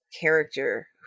character